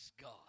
God